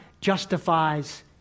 justifies